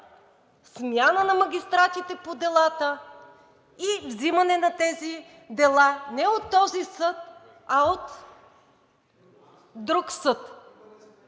Смяна на магистратите по делата и взимане на тези дела не от този съд, а от друг съд.